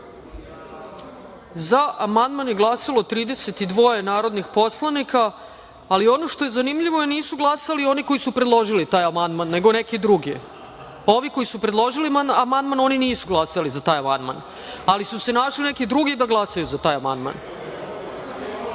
za amandman je glasalo 32 narodnih poslanika. Ali, ono što je zanimljivo je da nisu glasali oni koji su predložili taj amandman, nego neki drugi. Ovi koji su predložili amandman, oni nisu glasali za taj amandman, ali su se našli neki drugi da glasaju za taj amandman.